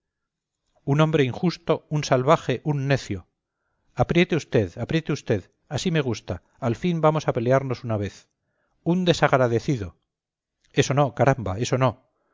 un hombre injusto un salvaje un necio apriete usted apriete usted así me gusta al fin vamos a pelearnos una vez un desagradecido eso no caramba eso no